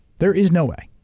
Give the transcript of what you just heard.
there is no way.